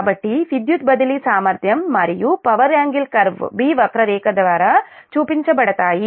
కాబట్టి విద్యుత్ బదిలీ సామర్ధ్యం మరియు పవర్ యాంగిల్ కర్వ్ 'B' వక్రరేఖ ద్వారా చూపించబడతాయి